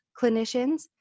clinicians